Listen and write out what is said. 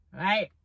right